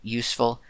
useful